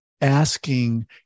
Asking